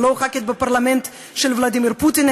ולא בפרלמנט של ולדימיר פוטין,